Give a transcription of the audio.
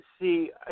see –